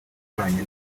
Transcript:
ibanye